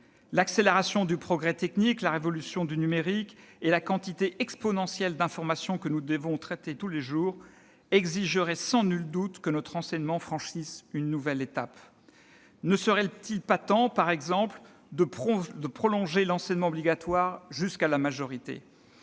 L'accélération du progrès technique, la révolution du numérique et la quantité exponentielle d'informations que nous devons traiter tous les jours exigeraient sans nul doute que notre enseignement franchisse une nouvelle étape. Ne serait-il pas temps, par exemple, de prolonger l'enseignement obligatoire jusqu'à la majorité ?